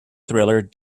thriller